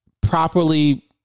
properly